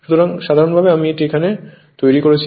সুতরাং সাধারণভাবে আমি এটি এখানে এটি তৈরি করছি